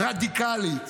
רדיקלית.